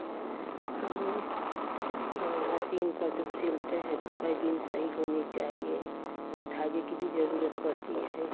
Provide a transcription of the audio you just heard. हमने अगर मसीन पर जब सिलते हैं तो बैबीन सही होनी चाहिए और धागे की भी जरूरत पड़ती है